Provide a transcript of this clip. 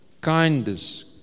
kindness